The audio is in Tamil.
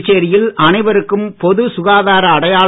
புதுச்சேரியில் அனைவருக்கும் பொது சுகாதார அடையாள